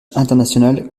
international